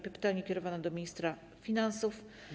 Pytanie kierowane do ministra finansów.